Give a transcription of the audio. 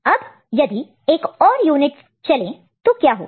अब यदि एक और यूनिट चले तो क्या होगा